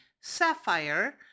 Sapphire